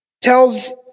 tells